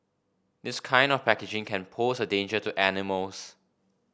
this kind of packaging can pose a danger to animals